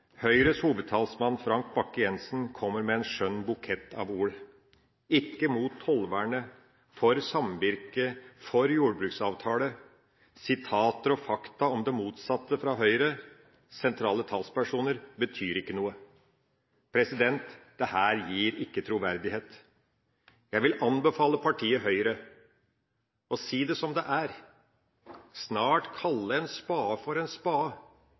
Høyres hovedtalsmann, Frank Bakke-Jensen, kommer med en skjønn bukett av ord: ikke mot tollvernet, for samvirke og for jordbruksavtale. Sitater og fakta om det motsatte fra Høyres sentrale talspersoner betyr ikke noe. Dette er ikke troverdig. Jeg vil anbefale partiet Høyre å si det som det er, og snart kalle en spade for en spade: